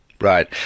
Right